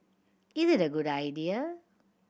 is it a good idea